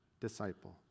disciple